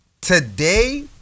Today